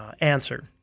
answer